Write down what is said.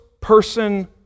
person